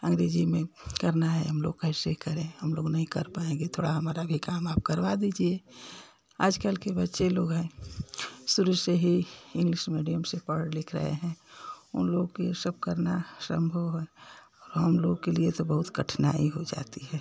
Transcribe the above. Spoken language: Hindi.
अंग्रेजी में करना है हम लोग का कैसे करें हम लोग नही कर पाएंगे थोड़ा हमारा भी काम आप करवा दीजिए आज कल के बच्चे लोग हैं शुरू से ही इंग्लिस मीडियम से पढ़ लिख रहे हैं उन लोग के ये सब करना सम्भव है और हम लोग के लिए तो बहुत कठिनाई हो जाती है